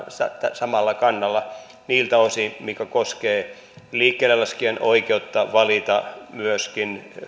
samalla kannalla niiltä osin mikä koskee liikkeelle laskijan oikeutta valita myöskin